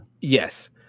yes